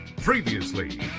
Previously